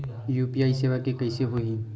UPI सेवा के कइसे होही?